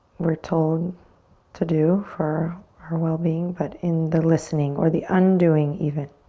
we're told to do for our well-being but in the listening or the undoing even.